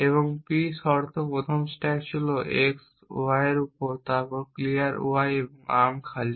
এবং p শর্ত প্রথম স্ট্যাক ছিল x y এর উপর তারপর ক্লিয়ার y এবং আর্ম খালি